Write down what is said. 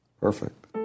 Perfect